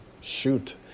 shoot